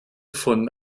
von